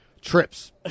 trips